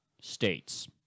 states